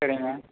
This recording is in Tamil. சரிங்க